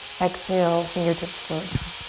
exhale, fingertips float down.